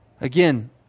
Again